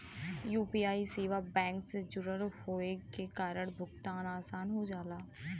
UPI सेवा bank से जुड़ल होये के कारण भुगतान आसान हो जाला